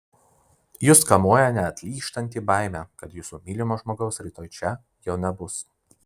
jus kamuoja neatlyžtanti baimė kad jūsų mylimo žmogaus rytoj čia jau nebus